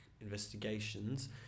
investigations